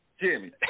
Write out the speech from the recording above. Jimmy